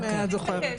אם את זוכרת.